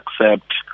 accept